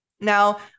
Now